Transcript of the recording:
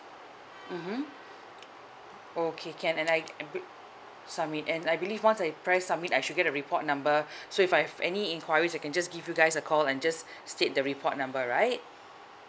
mmhmm okay can and I I click submit and I believe once I press submit I should get a report number so if I've any enquiries I can just give you guys a call and just state the report number right